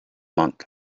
monk